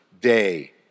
day